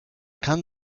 kann